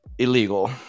illegal